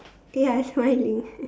ya smiling